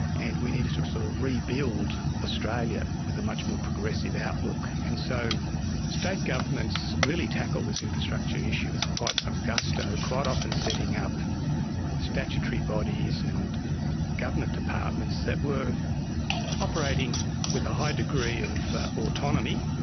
and we needed to sort of rebuild australia with a much more progressive outlook. and so state governments really tackled this infrastructure issue with quite some gusto, quite often setting up statutory bodies and government departments that were operating with a high degree of autonomy,